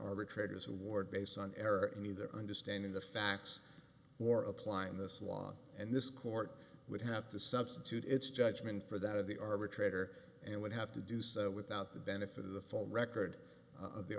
arbitrator's award based on error in either understanding the facts or applying this law and this court would have to substitute its judgment for that of the arbitrator and would have to do so without the benefit of the full record